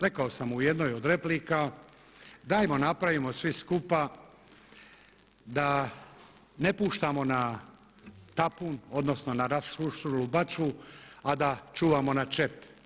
Rekao sam u jednoj od replika, dajmo napravimo svi skupa da ne puštamo na tapun odnosno na … bačvu, a da čuvamo na čep.